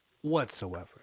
whatsoever